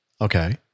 Okay